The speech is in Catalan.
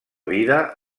vida